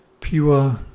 pure